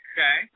Okay